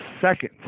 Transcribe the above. second